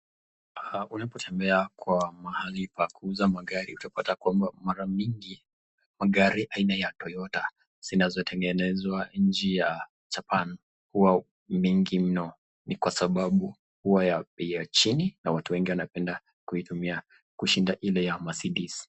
Unapotembea kwa mahali pa kuuza magari, utapata kwamba mara mingi, magari aina ya Toyota, zinazotengenezwa nchi ya Japan huwa mingi mno. Ni kwa sababu huwa ya bei ya chini na watu wengi wanapenda kuitumia kushinda ile ya Mercedes.